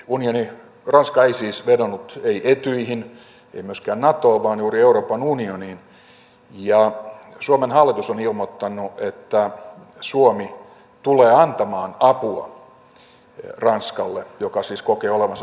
ranska ei siis vedonnut etyjiin ei myöskään natoon vaan juuri euroopan unioniin ja suomen hallitus on ilmoittanut että suomi tulee antamaan apua ranskalle joka siis kokee olevansa sodassa